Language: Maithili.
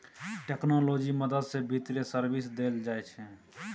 टेक्नोलॉजी मदद सँ बित्तीय सर्विस देल जाइ छै